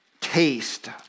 taste